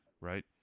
Right